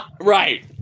right